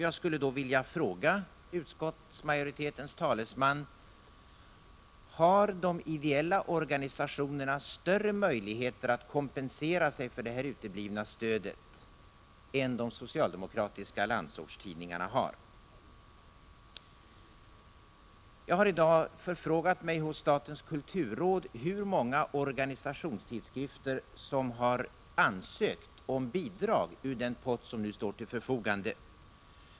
Jag skulle då vilja fråga utskottsmajoritetens talesman: Har de ideella organisationerna större möjligheter att kompensera sig för det uteblivna stödet än de socialdemokratiska landsortstidningarna har? Jag har i dag förfrågat mig hos statens kulturråd om hur många organisationstidskrifter det är som har ansökt om bidrag ur den pott som nu står till förfogande.